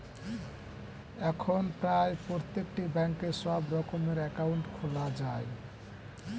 এখন প্রায় প্রত্যেকটি ব্যাঙ্কে সব রকমের অ্যাকাউন্ট খোলা যায়